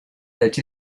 that